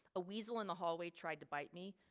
a weasel in the hallway tried to bite me.